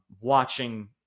watching